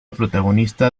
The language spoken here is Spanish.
protagonista